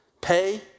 pay